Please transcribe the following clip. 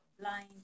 blind